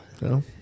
No